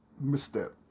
misstep